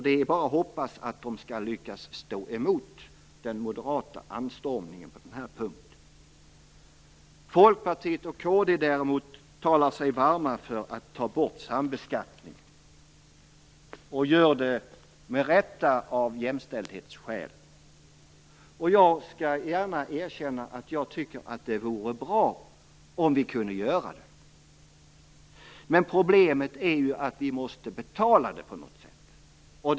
Det är bara att hoppas att de skall lyckas stå emot den moderata anstormningen på den här punkten. Folkpartiet och kd talar sig däremot varma för att ta bort sambeskattningen. De gör det - med rätta - av jämställdhetsskäl. Jag skall gärna erkänna att jag tycker att det vore bra om vi kunde göra det. Problemet är ju att vi måste betala det på något sätt.